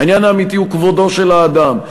העניין האמיתי הוא כבודו של האדם,